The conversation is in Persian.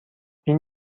این